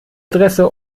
adresse